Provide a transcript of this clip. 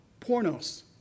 pornos